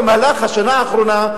במהלך השנה האחרונה,